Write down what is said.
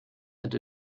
and